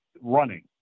running